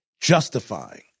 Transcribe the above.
justifying